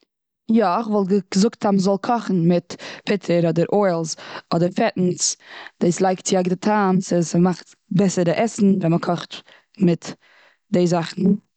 יא, כ'וואלט געזאגט אז מ'זאל קאכן מיט פוטער, אדער מיט אוילס, אדער מיט פעטנס, דאס לייגט צו א גוטע טעם, ס'- ס'מאכט בעסער די עסן ווען מ'קאכט מיט די זאכן.